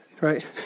Right